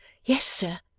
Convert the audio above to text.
yes, sir,